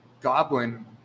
goblin